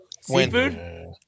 Seafood